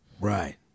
Right